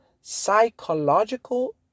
psychological